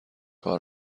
کار